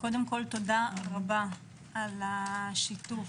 קודם כל תודה רבה על השיתוף.